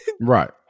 Right